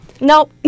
Nope